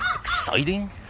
exciting